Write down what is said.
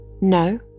No